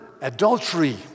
adultery